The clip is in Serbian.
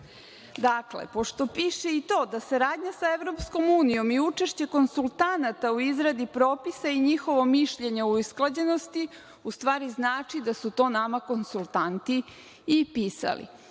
ne. Dakle, pošto piše i to da saradnja sa Evropskom unijom i učešće konsultanata u izradi propisa i njihovo mišljenje o usklađenosti u stvari znači da su to nama konsultanti i pisali. Da